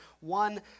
one